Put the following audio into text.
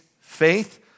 faith